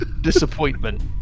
disappointment